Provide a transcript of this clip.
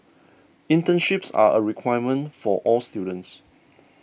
internships are a requirement for all students